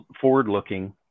forward-looking